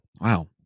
wow